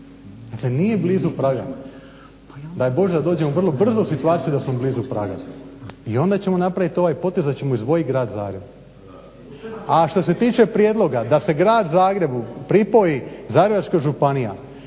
Dakle, nije blizu praga. Daj bože da dođemo vrlo brzo u situaciju da smo blizu praga i onda ćemo napraviti ovaj potez da ćemo izdvojit grad Zagreb. A što se tiče prijedloga da se gradu Zagrebu pripoji Zagrebačka županija,